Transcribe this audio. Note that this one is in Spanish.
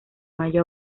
mayo